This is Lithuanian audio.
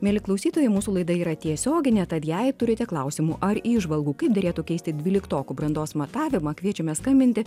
mieli klausytojai mūsų laida yra tiesioginė tad jei turite klausimų ar įžvalgų kaip derėtų keisti dvyliktokų brandos matavimą kviečiame skambinti